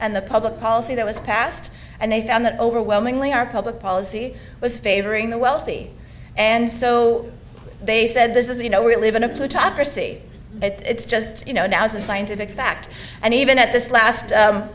and the public policy that was passed and they found that overwhelmingly our public policy was favoring the wealthy and so they said this is you know we live in a plutocracy it's just you know now is a scientific fact and even at this last